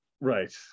Right